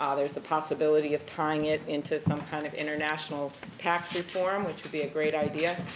ah there's the possibility of tying it into some kind of international tax reform, which would be a great idea,